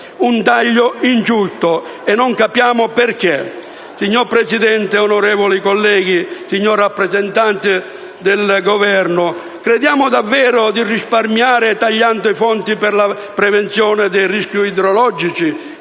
un taglio ingiusto e non ne capiamo il motivo. Signora Presidente, onorevoli colleghi, signor rappresentante del Governo, crediamo davvero di risparmiare tagliando i fondi per la prevenzione dei rischi idrogeologici?